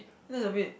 that's a bit